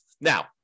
Now